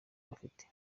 bafite